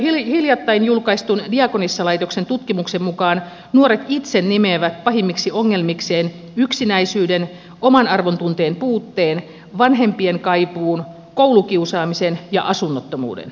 hiljattain julkaistun diakonissalaitoksen tutkimuksen mukaan nuoret itse nimeävät pahimmiksi ongelmikseen yksinäisyyden omanarvontunteen puutteen vanhempien kaipuun koulukiusaamisen ja asunnottomuuden